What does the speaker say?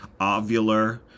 Ovular